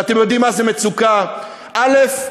ואתן יודעות מה זו מצוקה: א.